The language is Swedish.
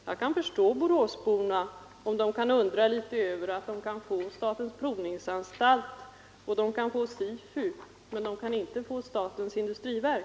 Jag kan förstå boråsborna om de undrar litet över att de kan få statens provningsanstalt och SIFU men inte statens industriverk.